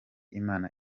imana